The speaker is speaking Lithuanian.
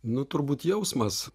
nu turbūt jausmas